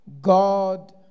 God